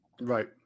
Right